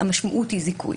המשמעות היא זיכוי.